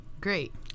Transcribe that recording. Great